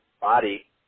body